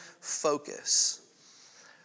focus